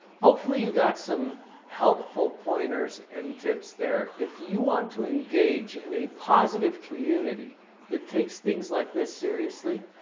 hopefully you got some helpful pointers and tips there. if you want to engage in a positive community that takes things like this seriously,